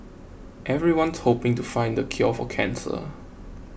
everyone's hoping to find the cure for cancer